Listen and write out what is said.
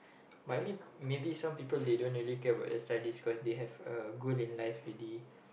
but I mean maybe some people they don't really care about their studies because they have a goal in life already